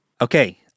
okay